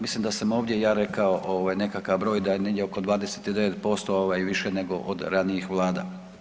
Mislim da sam ovdje i ja rekao ovaj nekakav broj da je negdje oko 29% ovaj više nego od ranijih vlada.